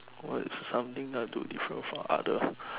what is something I do different from other